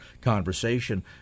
conversation